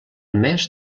més